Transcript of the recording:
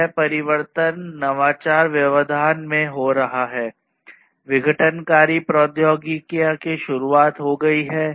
यह परिवर्तन नवाचार व्यवधान में रहा है विघटनकारी प्रौद्योगिकियां की शुरुआत की गई है